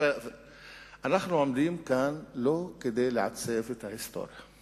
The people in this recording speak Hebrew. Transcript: אנחנו עומדים כאן לא כדי לעצב את ההיסטוריה.